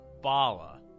Bala